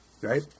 Right